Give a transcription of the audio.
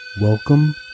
Welcome